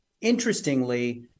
interestingly